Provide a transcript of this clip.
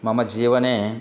मम जीवने